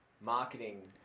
marketing